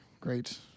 Great